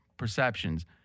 perceptions